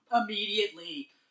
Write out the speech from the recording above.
immediately